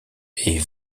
est